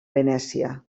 venècia